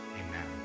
amen